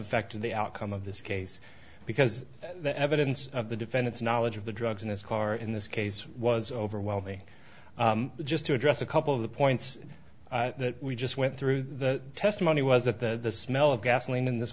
affected the outcome of this case because the evidence of the defendant's knowledge of the drugs in his car in this case was overwhelmed me just to address a couple of the points that we just went through the testimony was that the smell of gasoline in this